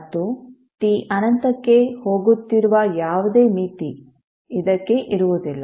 ಮತ್ತು t ಅನಂತಕ್ಕೆ ಹೋಗುತ್ತಿರುವ ಯಾವುದೇ ಮಿತಿ ಇದಕ್ಕೆ ಇರುವುದಿಲ್ಲ